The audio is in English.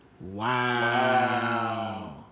Wow